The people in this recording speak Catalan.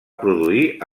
produir